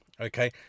Okay